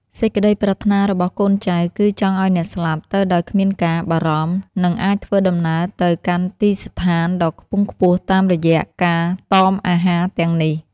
សេចក្តីប្រាថ្នារបស់កូនចៅគឺចង់ឱ្យអ្នកស្លាប់ទៅដោយគ្មានការបារម្ភ និង អាចធ្វើដំណើរទៅកាន់ទីស្ថានដ៏ខ្ពង់ខ្ពស់តាមរយៈការតមអាហារទាំងនេះ។